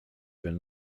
been